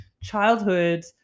childhood